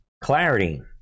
clarity